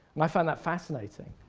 and i found that fascinating.